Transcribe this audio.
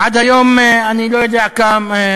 עד היום אני לא יודע אם אנשים